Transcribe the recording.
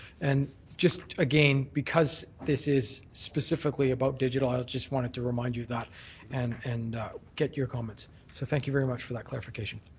and just, again, because this is specifically about digital, i just wanted to remind you of that and and get your comments. so thank you very much for that clarification.